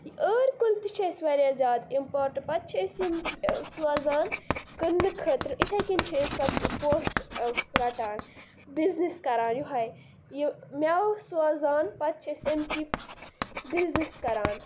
ٲرۍ کُلۍ تہِ چھِ اَسہِ واریاہ زیادٕ اِمپاٹہٕ پَتہٕ چھِ أسۍ یِم سوزان کٕننہٕ خٲطرٕ یِتھٕے کٔنۍ چھِ أسۍ پَتہٕ پۅنٛسہٕ رَٹان بِزنِس کَران یہَے یہِ مٮ۪وٕ سوزان پَتہٕ چھِ أسۍ اَمِکی بِزنِس کَران